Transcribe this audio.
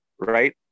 right